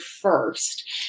first